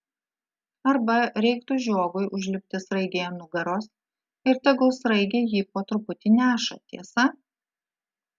arba reiktų žiogui užlipti sraigei ant nugaros ir tegul sraigė jį po truputį neša tiesa